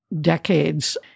decades